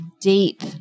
deep